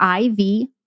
IV